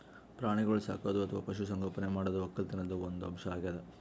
ಪ್ರಾಣಿಗೋಳ್ ಸಾಕದು ಅಥವಾ ಪಶು ಸಂಗೋಪನೆ ಮಾಡದು ವಕ್ಕಲತನ್ದು ಒಂದ್ ಅಂಶ್ ಅಗ್ಯಾದ್